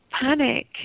panic